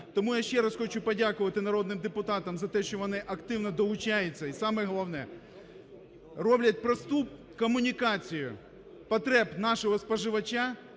Тому я ще раз хочу подякувати народним депутатам за те, що вони активно долучаються і, саме головне, роблять просту комунікацію потреб нашого споживача